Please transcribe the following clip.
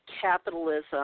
capitalism